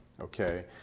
Okay